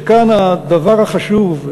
שכאן הדבר החשוב,